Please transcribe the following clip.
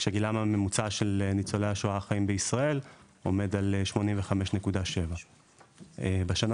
גילם הממוצע של ניצולי השואה החיים בישראל עומד על 85.7. בשנה